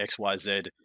XYZ